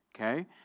okay